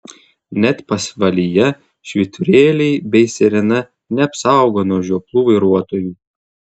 net pasvalyje švyturėliai bei sirena neapsaugo nuo žioplų vairuotojų